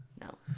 No